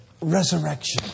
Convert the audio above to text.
resurrection